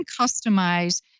customize